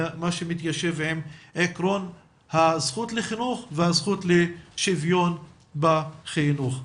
במה שמתיישב עם עקרון הזכות לחינוך והזכות לשוויון בחינוך.